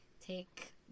take